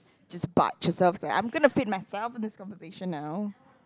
just barge yourself like I'm gonna fit myself in this conversation now